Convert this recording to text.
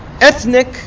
ethnic